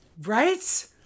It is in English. Right